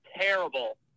Terrible